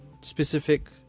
specific